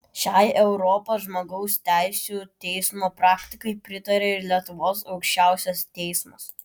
šiai europos žmogaus teisių teismo praktikai pritaria ir lietuvos aukščiausias teismas